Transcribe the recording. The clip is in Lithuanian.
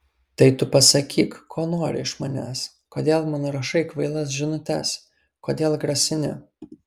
tai tu pasakyk ko nori iš manęs kodėl man rašai kvailas žinutes kodėl grasini